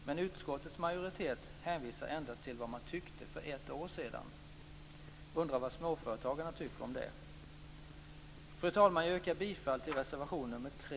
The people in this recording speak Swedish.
Men utskottets majoritet hänvisar endast till vad man tyckte för ett år sedan. Jag undrar vad småföretagarna tycker om det. Fru talman! Jag yrkar bifall till reservation 3.